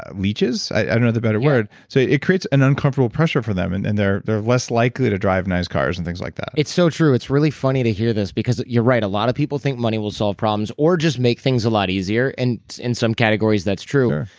ah leeches? i don't have a better word. so it creates an uncomfortable pressure for them and and they're they're less likely to drive nice cars and things like that it's so true. it's really funny to hear this because you're right. a lot of people think money will solve problems or just make things a lot easier, and in some categories that's true,